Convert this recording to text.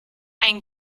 ein